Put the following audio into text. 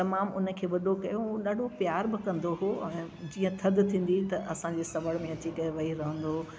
तमामु हुन खे वॾो कयो ऐं ॾाढो प्यार बि कंदो हुओ ऐं ऐं जीअं थदि थींदी त असांजे सवड़ में अची करे वेई रहंदो हुओ